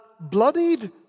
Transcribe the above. bloodied